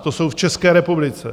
To jsou v České republice!